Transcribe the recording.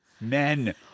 Men